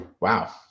wow